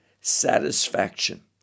satisfaction